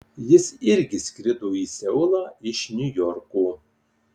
jis irgi skrido į seulą iš niujorko